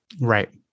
Right